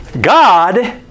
God